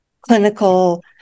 clinical